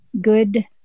good